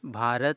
Bharat